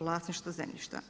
vlasništvo zemljišta.